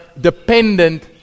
dependent